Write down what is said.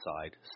side